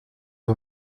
vas